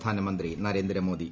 പ്രധാനമന്ത്രി നരേന്ദ്ര മോദി